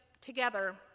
together